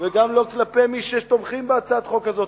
וגם לא כלפי מי שתומכים בהצעת חוק הזאת.